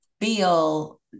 feel